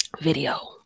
video